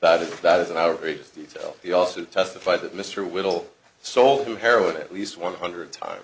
that is that is an outrageous detail he also testified that mr whipple sold to heroin at least one hundred times